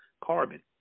carbon